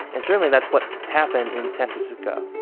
and certainly, that's what happened in san francisco